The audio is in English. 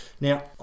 Now